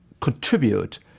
contribute